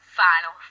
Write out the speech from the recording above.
final